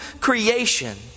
creation